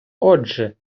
отже